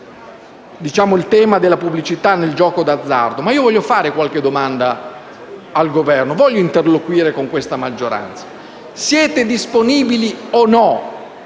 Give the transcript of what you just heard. Siete disponibili o no